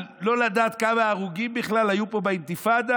על לא לדעת כמה הרוגים בכלל היו פה באינתיפאדה?